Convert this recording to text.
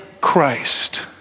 Christ